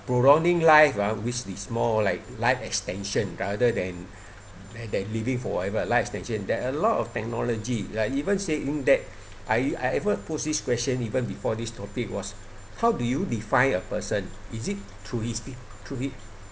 prolonging life ah which is more like life extension rather than than living forever life extension there a lot of technology like even saying that I I even post this question even before this topic was how do you define a person is it through his through he